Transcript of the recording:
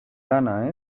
lana